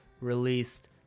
released